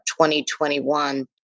2021